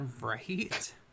Right